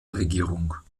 regierung